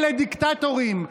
אלה דיקטטורים.